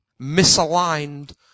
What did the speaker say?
misaligned